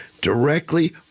directly